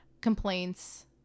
complaints